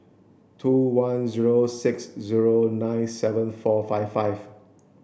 two one zero six zero nine seven four five five